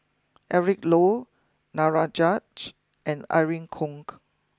Eric Low and Irene Khong